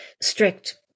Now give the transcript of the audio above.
strict